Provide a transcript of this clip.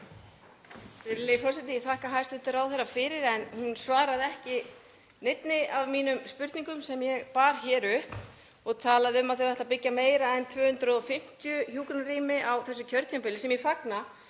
Virðulegi forseti. Ég þakka hæstv. ráðherra fyrir en hún svaraði ekki neinni af mínum spurningum sem ég bar hér upp og talaði um að þau ætli að byggja meira en 250 hjúkrunarrými á þessu kjörtímabili, sem ég fagna,